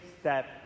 step